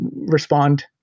respond